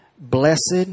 blessed